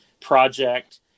Project